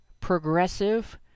progressive